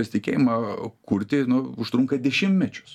pasitikėjimą kurti nu užtrunka dešimmečius